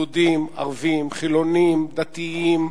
יהודים, ערבים, חילונים, דתיים.